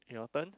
your turn